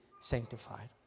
sanctified